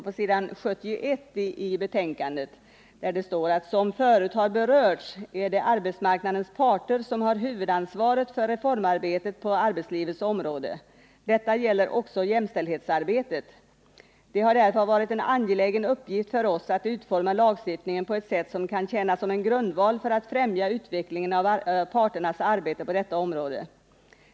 På s. 71 i kommittébetänkandet står följande: ”Som förut har berörts är det arbetsmarknadens parter som har huvudansvaret för reformarbetet på arbetslivets område. Detta gäller också jämställdhetsarbetet. Det har därför varit en angelägen uppgift för oss att utforma lagstiftningen på ett sätt som kan tjäna som en grundval för att främja utvecklingen av parternas arbete på detta område.